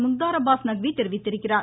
முக்தார் அப்பாஸ் நக்வி தெரிவித்திருக்கிறார்